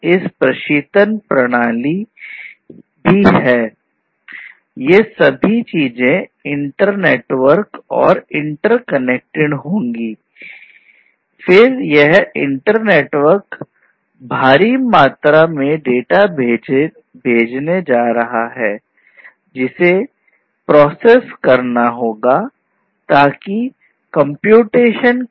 इसके विभिन्न उपयोग हैं